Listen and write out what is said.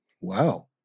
Wow